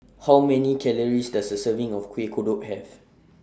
How Many Calories Does A Serving of Kueh Kodok Have